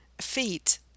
feet